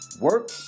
Work